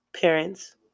parents